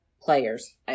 players